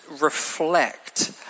reflect